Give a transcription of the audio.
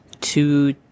two